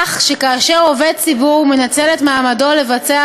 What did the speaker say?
כך שכאשר עובד ציבור מנצל את מעמדו לבצע